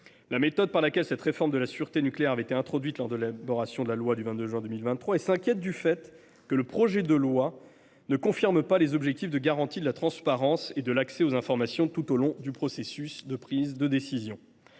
la méthode par laquelle cette réforme de la sûreté nucléaire avait été introduite lors de l’élaboration de la loi du 22 juin 2023 » et s’inquiète que le projet de loi ne confirme pas les objectifs de garanties de la transparence et de l’accès aux informations tout au long du processus de prise de décision.